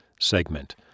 segment